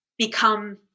become